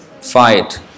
Fight